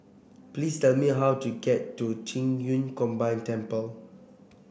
please tell me how to get to Qing Yun Combined Temple